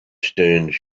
stearns